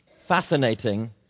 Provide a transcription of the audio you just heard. Fascinating